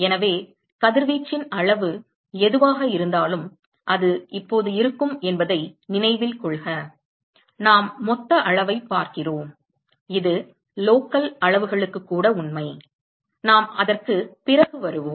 எனவே கதிர்வீச்சின் அளவு எதுவாக இருந்தாலும் அது இப்போது இருக்கும் என்பதை நினைவில் கொள்க நாம் மொத்த அளவைப் பார்க்கிறோம் இது லோக்கல் அளவுகளுக்கு கூட உண்மை நாம் அதற்குப் பிறகு வருவோம்